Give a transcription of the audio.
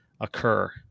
occur